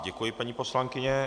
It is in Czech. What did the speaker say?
Děkuji, paní poslankyně.